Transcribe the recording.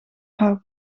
haar